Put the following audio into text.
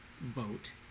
vote